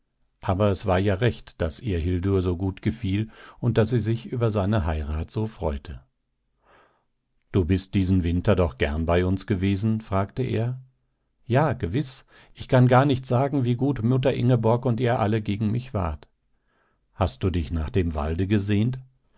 aber es war ja recht daß ihr hildur so gut gefiel und daß sie sich über seine heirat so freute du bist diesen winter doch gern bei uns gewesen fragte er ja gewiß ich kann gar nicht sagen wie gut mutter ingeborg und ihr alle gegen mich wart hast du dich nach dem walde gesehnt